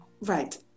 Right